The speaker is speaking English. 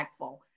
impactful